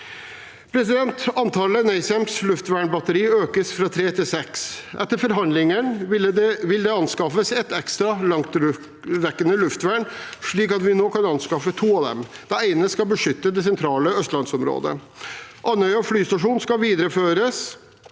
Antallet NASAMS luftvernbatterier økes fra tre til seks. Etter forhandlingene vil det anskaffes ett til langtrekkende luftvern, slik at vi nå kan anskaffe to av dem. Det ene skal beskytte det sentrale østlandsområdet. Andøya flystasjon skal videreføres